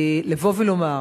לבוא ולומר,